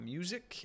Music